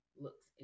looks